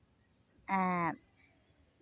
ᱟᱨ